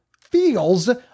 feels